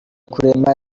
kurema